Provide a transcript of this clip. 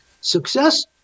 success